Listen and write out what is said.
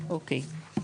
אוקיי.